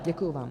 Děkuji vám.